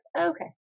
okay